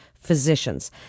physicians